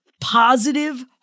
positive